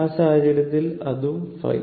ഈ സാഹചര്യത്തിൽ അതും ϕ